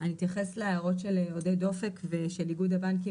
אני אתייחס להערות של עודד אופק ושל איגוד הבנקים,